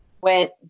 went